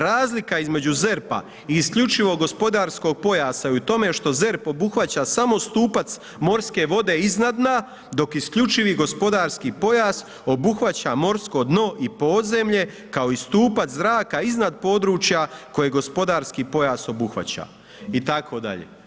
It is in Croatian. Razlika između ZERP-a i isključivog gospodarskog pojasa je u tome što ZEPR obuhvaća samo stupac morske vode iznad dna, dok isključivi gospodarski pojas obuhvaća morsko dno i podzemlje, kao i stupac zraka iznad područja koje gospodarski pojas obuhvaća, itd.